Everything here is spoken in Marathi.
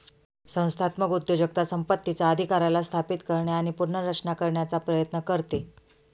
संस्थात्मक उद्योजकता संपत्तीचा अधिकाराला स्थापित करणे आणि पुनर्रचना करण्याचा प्रयत्न करते